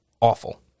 awful